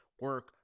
Work